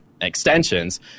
extensions